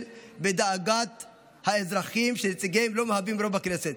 בדאגת האזרחים שנציגיהם לא מהווים רוב בכנסת.